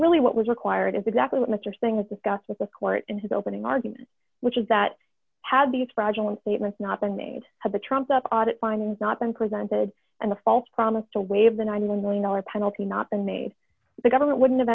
really what was required is exactly what mr things discussed with the court in his opening argument which is that had the fraudulent statements not been made had the trumped up audit findings not been presented and the false promise to waive the nine million dollars penalty not been made the government wouldn't have